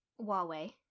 Huawei